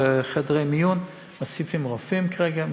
בחדרי מיון מוסיפים רופאים כרגע,